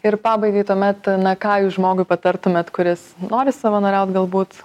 ir pabaigai tuomet na ką jūs žmogui patartumėt kuris nori savanoriaut galbūt